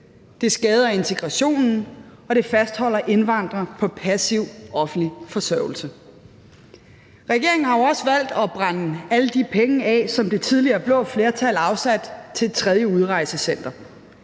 Det skader integrationen, og det fastholder indvandrere på passiv offentlig forsørgelse. Regeringen har jo også valgt at brænde alle de penge af, som det tidligere blå flertal afsatte til det tredje udrejsecenter.